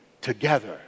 together